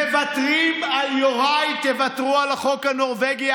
מוותרים על יוראי, תוותרו על החוק הנורבגי.